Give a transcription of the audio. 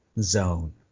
zone